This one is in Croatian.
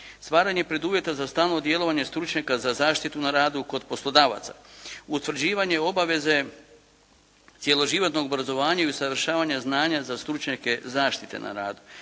Stvaranje preduvjeta za stalno djelovanje stručnjaka za zaštitu na radu kod poslodavaca. Utvrđivanje obaveze cjeloživotnog obrazovanja i usavršavanja znanja za stručnjake zaštite na radu.